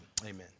Amen